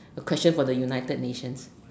a question for the United-Nations